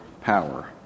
power